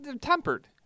tempered